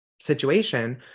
situation